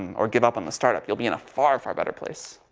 or give up on the startup. you'll be in a far, far better place.